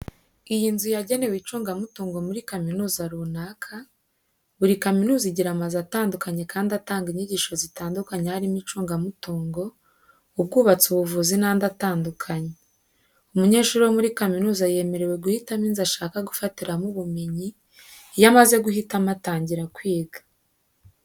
Iyi ni inzu yagenewe icungamutungo muri kaminuza runaka, buri kaminuza igira amazu atandukanye kandi atanga inyigisho zitandukanye harimo icungamutungo, ubwubatsi, ubuvuzi n'andi atandukanye. Umunyeshuri wo muri kaminuza yemewe guhitamo inzu ashaka gufatiramo ubumenyi, iyo amaze guhitamo atangira kwiga.